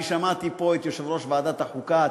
אני שמעתי פה את יושב-ראש ועדת החוקה,